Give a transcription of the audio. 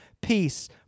peace